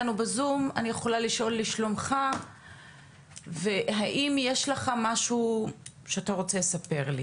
יפתח אני יכולה לשאול לשלומך והאם יש לך משהו שאתה רוצה לספר לי